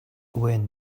when